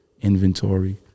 inventory